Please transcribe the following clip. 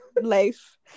life